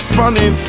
funny